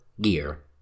gear